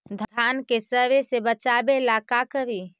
धान के सड़े से बचाबे ला का करि?